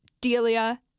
Delia